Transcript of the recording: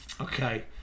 Okay